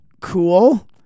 Cool